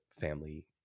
family